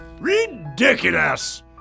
Ridiculous